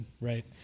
right